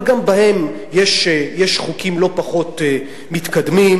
אבל גם בהן יש חוקים לא פחות מתקדמים,